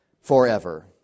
forever